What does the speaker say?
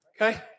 Okay